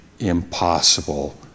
impossible